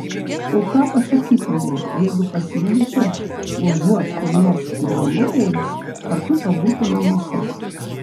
o ką pasakytumei jeigu pasiūlyčiau užuot kur nors drauge ėjus kartu pabūti namuose